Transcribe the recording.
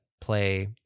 play